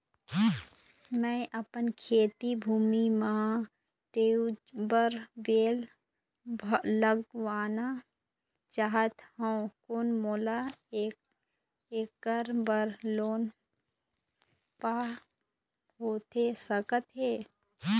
मैं अपन खेती भूमि म ट्यूबवेल लगवाना चाहत हाव, कोन मोला ऐकर बर लोन पाहां होथे सकत हे?